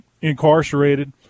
incarcerated